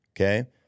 okay